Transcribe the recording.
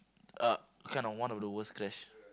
uh kind of one of the worst crash